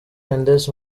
mendes